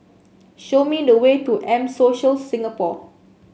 show me the way to M Social Singapore